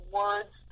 words